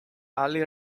ali